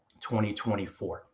2024